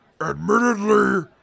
Admittedly